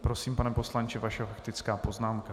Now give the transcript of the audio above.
Prosím, pane poslanče, vaše faktická poznámka.